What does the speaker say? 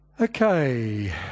Okay